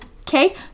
okay